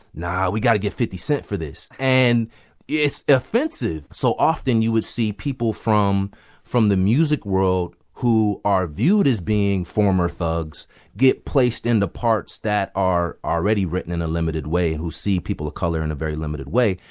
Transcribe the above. no, we got to get fifty cent for this. and it's offensive. so often, you would see people from from the music world who are viewed as being former thugs get placed in the parts that are already written in a limited way and who see people of color in a very limited way.